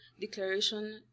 declaration